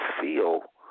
feel